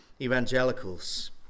evangelicals